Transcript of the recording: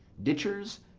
ditchers,